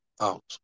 out